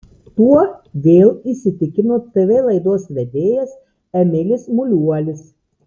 tuo vėl įsitikino tv laidos vedėjas emilis muliuolis